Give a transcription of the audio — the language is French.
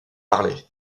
parlez